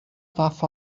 fath